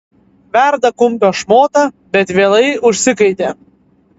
verda kumpio šmotą bet vėlai užsikaitė